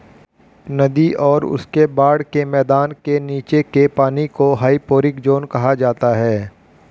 नदी और उसके बाढ़ के मैदान के नीचे के पानी को हाइपोरिक ज़ोन कहा जाता है